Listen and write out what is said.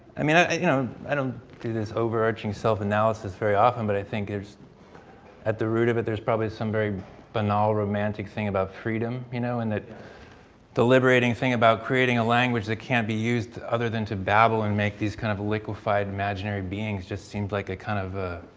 i mean i you know i don't do this overarching self analysis very often but i think it's at the root of it, there's probably some very banal romantic thing about freedom you know and that the liberating thing about creating a language that can't be used other than to babble and make these kind of liquefied imaginary beings just seems like a kind of a